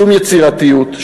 שום יצירתיות,